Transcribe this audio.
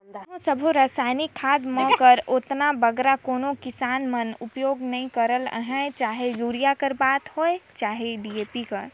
इहों सब रसइनिक खाद मन कर ओतना बगरा कोनो किसान मन उपियोग नी करत रहिन चहे यूरिया कर बात होए चहे डी.ए.पी कर